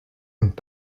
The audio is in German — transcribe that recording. und